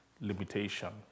limitation